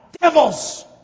Devils